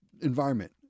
environment